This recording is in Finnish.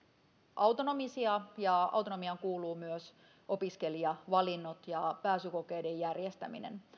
autonomisia ja autonomiaan kuuluvat myös opiskelijavalinnat ja pääsykokeiden järjestäminen